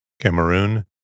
Cameroon